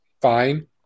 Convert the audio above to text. fine